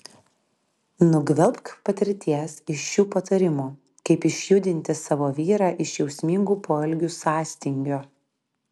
nugvelbk patirties iš šių patarimų kaip išjudinti savo vyrą iš jausmingų poelgių sąstingio